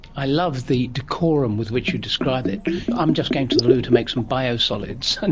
i love the decorum with which you describe it i'm just going to the loo to make some bio-solids. and